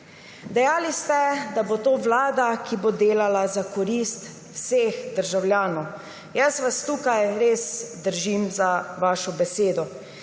Dejali ste, da bo to vlada, ki bo delala za korist vseh državljanov. Jaz vas tukaj res držim za vašo besedo.